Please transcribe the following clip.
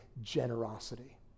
generosity